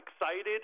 excited